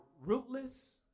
rootless